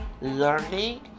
learning